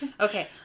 Okay